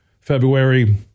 February